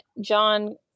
john